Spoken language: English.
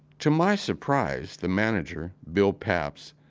to my surprise, the manager, bill papps,